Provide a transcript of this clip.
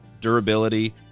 durability